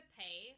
pay